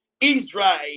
Israel